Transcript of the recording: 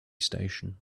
station